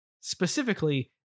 specifically